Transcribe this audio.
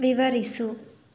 ವಿವರಿಸು